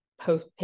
post